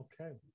Okay